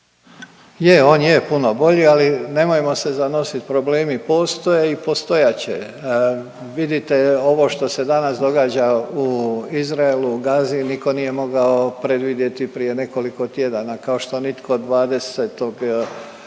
Je on je puno bolji, ali nemojmo se zanosit, problemi postoje i postojat će. Vidite ovo što se danas događa u Izraelu u Gazi niko nije mogao predvidjeti prije nekoliko tjedana kao što nitko od